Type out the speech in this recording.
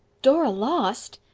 dora! lost!